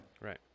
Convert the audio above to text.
Right